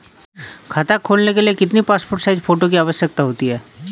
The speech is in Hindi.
खाता खोलना के लिए कितनी पासपोर्ट साइज फोटो की आवश्यकता होती है?